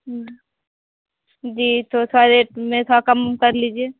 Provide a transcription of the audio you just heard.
जी तो सारे में थोड़ा कम उम कर लीजिए